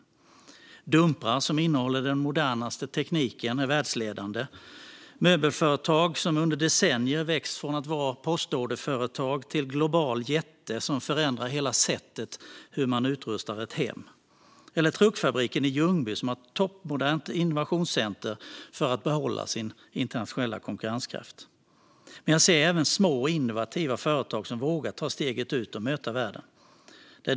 Det handlar om dumprar som innehåller den modernaste tekniken och är världsledande, möbelföretag som under decennier växt från postorderföretag till globala jättar som förändrar hela sättet att utrusta ett hem och truckfabriken i Ljungby som har ett toppmodernt innovationscenter för att behålla sin internationella konkurrenskraft. Men jag ser även små och innovativa företag som vågar ta steget ut och möta världen.